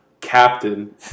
captain